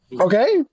Okay